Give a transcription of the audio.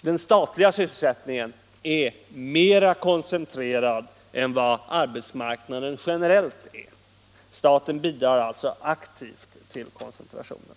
Den statliga sysselsättningen är mera koncentrerad än arbetsmarknaden generellt. Staten bidrar alltså aktivt till koncentrationen.